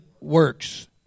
works